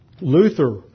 Luther